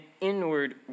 inward